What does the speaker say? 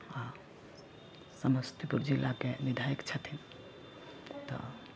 आ समस्तीपुर जिलाके बिधायक छथिन तऽ